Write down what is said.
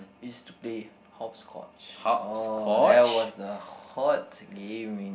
is to play hopscotch oh that was the hot game in